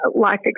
life